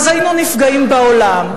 אז היינו נפגעים בעולם.